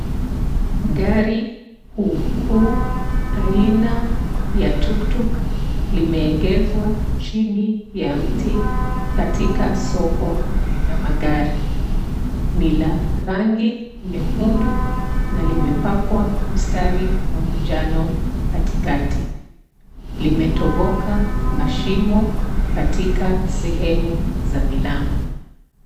Gari kuukuu aina ya tuktuk limeegeshwa chini ya mti katika soko la magari. Ni la rangi nyekundu na limepakwa mstari wa manjano katikati. Limetoboka mashimo katika sehemu za milango.